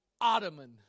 ottoman